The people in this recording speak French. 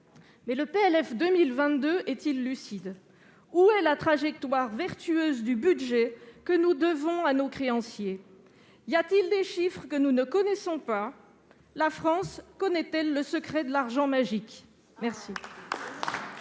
Mais le PLF 2022 est-il lucide ? Où est la trajectoire vertueuse que nous devons à nos créanciers ? Y a-t-il des chiffres que nous ne connaissons pas ? La France connaît-elle le secret de l'argent magique ?